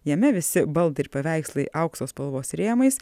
jame visi baldai ir paveikslai aukso spalvos rėmais